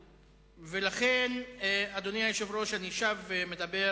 ולכן, אדוני היושב-ראש, אני שב ומדבר